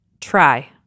try